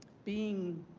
being